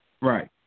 Right